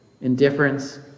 indifference